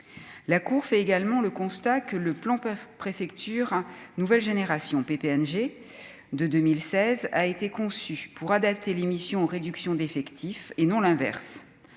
la Cour fait également le constat que le plan peuvent préfectures nouvelle génération PPNG de 2016 a été conçu pour adapter l'émission réduction d'effectifs et non l'inverse,